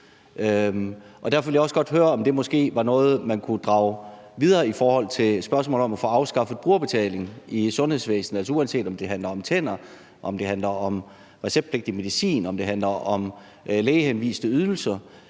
Derfor vil jeg også godt høre, om det måske var noget, man kunne grave videre i i forhold til spørgsmålet om at få afskaffet brugerbetaling i sundhedsvæsenet, uanset om det handler om tænder, om det handler om receptpligtig medicin, eller om det handler om lægehenviste ydelser.